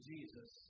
Jesus